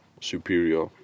superior